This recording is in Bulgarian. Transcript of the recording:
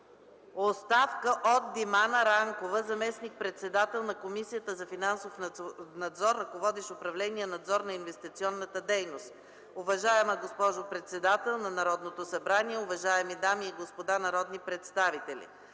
оставка от Димана Ранкова, заместник-председател на Комисията за финансов надзор, ръководещ управление „Надзор на инвестиционната дейност”: „Уважаема госпожо председател на Народното събрание, уважаеми дами и господа народни представители!